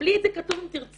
תקבלי את זה כתוב אם תרצי.